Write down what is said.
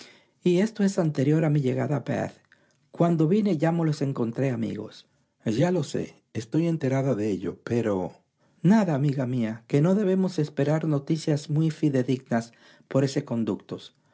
y esto es anterior a mi llegada a bath cuando vine ya me los encontré amigos ya lo sé estoy enterada de ello pero nada amiga mía que no debemos esperar noticias muy fidedignas por ese conducto